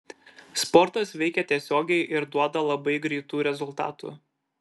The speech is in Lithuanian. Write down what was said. sportas veikia tiesiogiai ir duoda labai greitų rezultatų